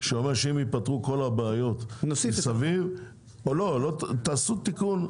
שאם ייפתרו כל הבעיות אתם תעשו תיקון.